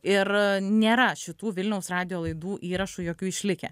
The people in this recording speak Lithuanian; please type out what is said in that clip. ir nėra šitų vilniaus radijo laidų įrašų jokių išlikę